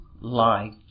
lie